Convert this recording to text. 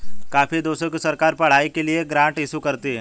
काफी देशों की सरकार पढ़ाई के लिए ग्रांट इशू करती है